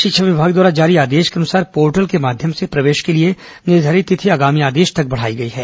शिक्षा विभाग द्वारा जारी आदेश के अनुसार पोर्टल के माध्यम से प्रवेश के लिए निर्धारित तिथि आगामी आदेश तक बढ़ाई गई है